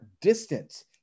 distance